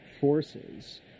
forces